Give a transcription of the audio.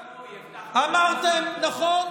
בדק, אמרנו שנעשה שינוי, הבטחנו, אמרתם, נכון,